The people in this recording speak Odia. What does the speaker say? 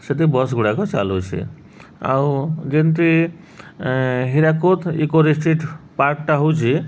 ସେଠି ବସ୍ ଗୁଡ଼ାକ ଚାଲୁଚେ ଆଉ ଯେମତି ହୀରାକୁଦ ଇକୋ ରିଟ୍ରିଟ୍ ପାର୍କଟା ହଉଛି